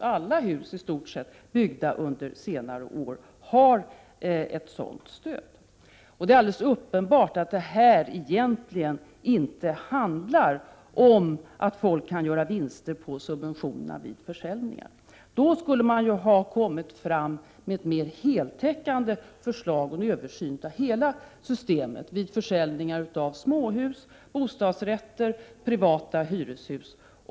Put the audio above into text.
I stort sett alla hus som byggts under senare år har ett sådant stöd. Det är alldeles uppenbart att det egentligen inte handlar om att folk kan göra vinster på subventionerna vid försäljning. I så fall skulle man ju ha lagt fram ett mer heltäckande förslag —- ett förslag om en översyn beträffande försäljningen av såväl småhus, bostadsrätter som privata hyreshus.